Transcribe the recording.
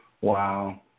Wow